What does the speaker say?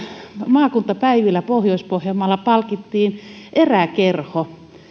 maakuntapäivillä pohjois pohjanmaalla palkittiin eräkerho